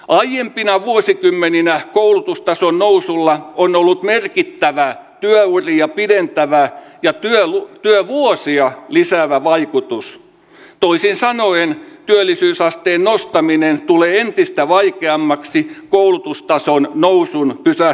aiempina vuosikymmeninä koulutustason nousulla on ollut merkittävää eu ja pidentävää ja te lu jo vuosia lisäävä vaikutus tuli sisäänoin työllisyysasteen nostaminen tulee entistä vaikeammaksi koulutustason nousun pitää